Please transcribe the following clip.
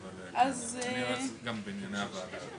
העריך אותו ב-1,500,000,000 מלבד אובדן המיסים.